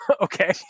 okay